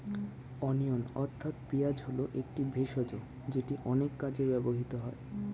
onion অর্থাৎ পেঁয়াজ হল একটি ভেষজ যেটি অনেক কাজে ব্যবহৃত হয়